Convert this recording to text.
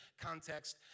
context